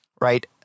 Right